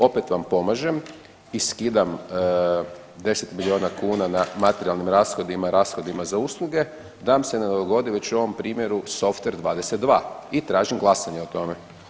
Opet vam pomažem i skidam 10 milijuna kuna na materijalnim rashodima, rashodima za usluge da nam se ne dogodi već u ovom primjeru softver 22 i tražim glasanje o tome.